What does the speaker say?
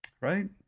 Right